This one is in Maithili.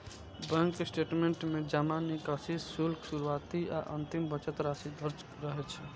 बैंक स्टेटमेंट में जमा, निकासी, शुल्क, शुरुआती आ अंतिम बचत राशि दर्ज रहै छै